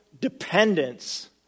dependence